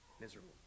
miserable